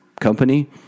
company